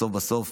בסוף בסוף,